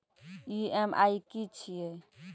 EMI की छिये?